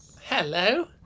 Hello